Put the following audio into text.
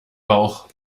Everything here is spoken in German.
bauch